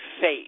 faith